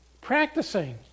practicing